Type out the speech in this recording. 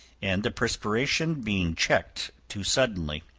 and the perspiration being checked too suddenly.